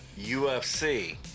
UFC